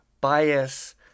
bias